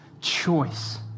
choice